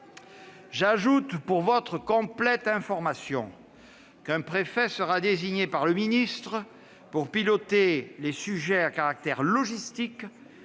J'ajoute, pour votre complète information, qu'un préfet sera désigné pour piloter les sujets à caractère logistique,